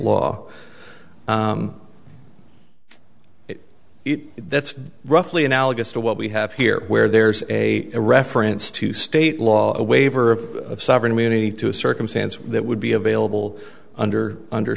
eet that's roughly analogous to what we have here where there's a reference to state law a waiver of sovereign immunity to a circumstance that would be available under under